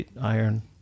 iron